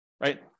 right